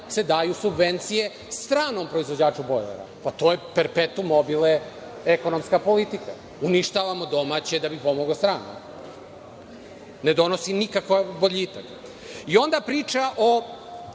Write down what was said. se daju subvencije stranom proizvođaču bojlera. To je prepetuum mobile, ekonomska politika. Uništavamo domaće da bi pomogli stranom. Ne donosimo nikakva boljitak. Onda priča o